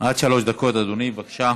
עד שלוש דקות, אדוני, בבקשה.